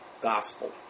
gospel